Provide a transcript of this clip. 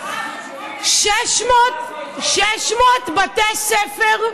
600 בתי ספר,